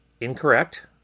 Incorrect